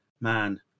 man